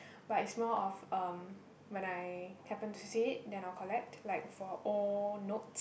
but it's more of um when I happen to see it then I will collect like for old note